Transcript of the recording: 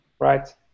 right